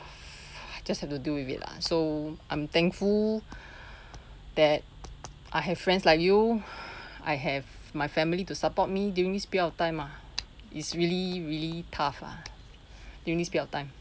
just have to deal with it lah so I'm thankful that I have friends like you I have my family to support me during this period of time ah is really really tough ah during this period of time